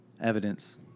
evidence